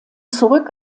zurück